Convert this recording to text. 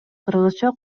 кыргызча